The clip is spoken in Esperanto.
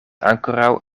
ankoraŭ